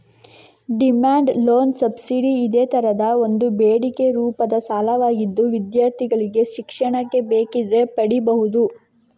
demand loan subsidy ಇದೇ ತರದ ಒಂದು ಬೇಡಿಕೆ ರೂಪದ ಸಾಲವಾಗಿದ್ದು ವಿದ್ಯಾರ್ಥಿಗಳಿಗೆ ಶಿಕ್ಷಣಕ್ಕೆ ಬೇಕಿದ್ರೆ ಪಡೀಬಹುದು